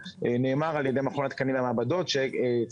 נאמר על ידי מכון התקנים והמעבדות שצריך